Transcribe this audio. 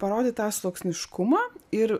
parodyt tą sluoksniškumą ir